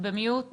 בוקר טוב.